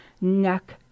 neck